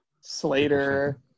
Slater